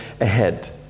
ahead